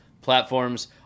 platforms